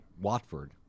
Watford